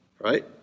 Right